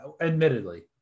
admittedly